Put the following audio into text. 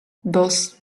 dos